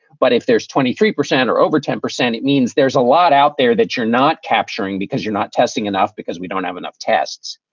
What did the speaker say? but if there's twenty three percent or over ten percent, it means there's a lot out there that you're not capturing because you're not testing enough because we don't have enough tests.